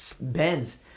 Benz